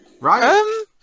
Right